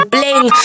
Bling